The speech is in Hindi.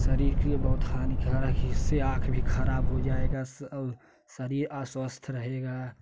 शरीर के लिए बहुत हानिकारक है इससे आँख भी ख़राब हो जाएगा सब शरीर अस्वस्थ रहेगा